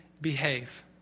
behave